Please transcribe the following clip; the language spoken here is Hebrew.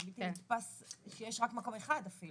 זה בלתי נתפס שיש רק מקום אחד, אפילו.